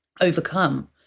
overcome